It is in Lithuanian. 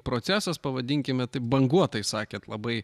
procesas pavadinkime taip banguotai sakėt labai